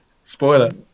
Spoiler